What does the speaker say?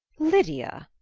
lydia!